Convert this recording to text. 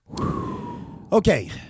Okay